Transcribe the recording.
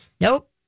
Nope